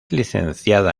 licenciada